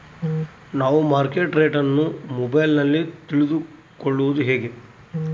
ನಾವು market rate ಅನ್ನು ಮೊಬೈಲಲ್ಲಿ ತಿಳ್ಕಳೋದು ಹೇಗೆ?